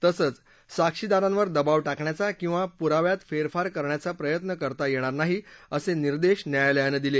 तसंच साक्षीदारांवर दबाव टाकण्याचा किंवा पुराव्यात फेरफार करण्याचा प्रयत्न करता येणार नाही असे निर्देश न्यायालयानं दिले